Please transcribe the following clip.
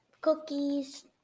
Cookies